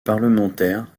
parlementaire